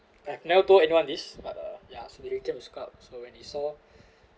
I have never told anyone this but uh yeah so they came to scout so when he saw